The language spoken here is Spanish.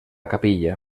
capilla